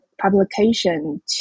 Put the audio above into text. publication